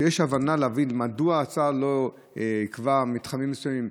יש כוונה להבין מדוע צה"ל לא יקבע מתחמים מסוימים.